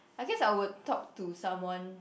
I guess I would talk to someone